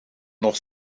nog